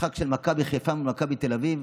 משחק של מכבי חיפה מול מכבי תל אביב,